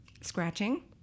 scratching